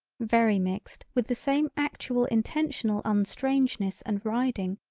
very mixed with the same actual intentional unstrangeness and riding,